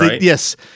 yes